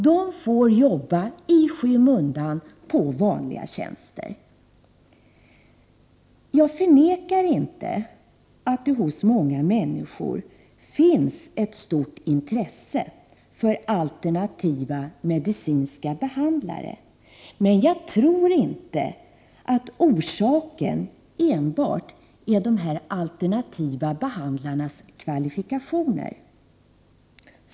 Dessa människor får jobba i skymundan på vanliga — 25 maj 1989 tjänster. Jag förnekar inte att många människor har ett stort intresse för alternativa medicinska behandlare. Men jag tror inte att den enda orsaken till det intresset är de alternativa behandlarnas kvalifikationer.